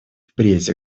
впредь